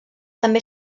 també